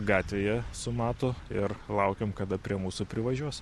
gatvėje su matu ir laukiam kada prie mūsų privažiuos